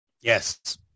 Yes